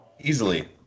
Easily